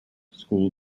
school